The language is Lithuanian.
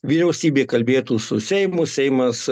vyriausybė kalbėtų su seimu seimas